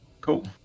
Cool